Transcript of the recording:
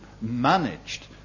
managed